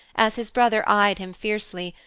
as his brother eyed him fiercely,